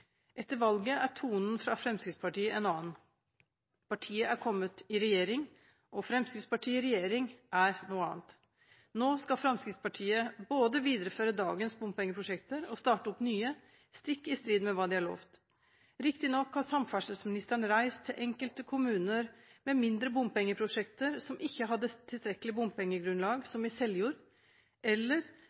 Etter valget er tonen fra Fremskrittspartiet en annen. Partiet har kommet i regjering, og Fremskrittspartiet i regjering er noe annet. Nå skal Fremskrittspartiet både videreføre dagens bompengeprosjekter og starte opp nye – stikk i strid med hva de har lovt. Riktignok har samferdselsministeren reist til enkelte kommuner med mindre bompengeprosjekter som ikke hadde tilstrekkelig bompengegrunnlag, som i Seljord, eller